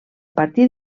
partir